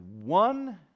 one